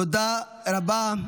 תודה רבה.